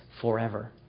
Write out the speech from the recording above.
forever